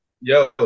yo